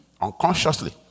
Unconsciously